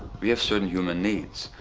we have certain human needs.